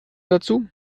dazu